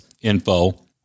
info